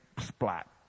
splat